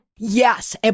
Yes